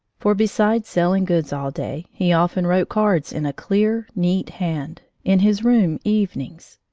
for besides selling goods all day, he often wrote cards in a clear, neat hand, in his room evenings.